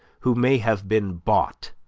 who may have been bought.